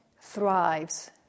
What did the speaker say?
thrives